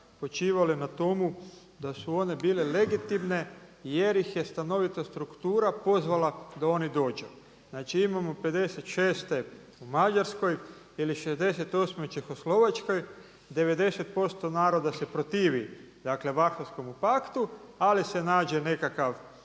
počivale na tomu da su one bile legitimne jer ih je stanovita struktura pozvala da oni dođu. Znači imamo '56. u Mađarskoj ili '68. u Čehoslovačkoj 90% naroda se protivi Varšavskomu paktu ali se nađe nekakav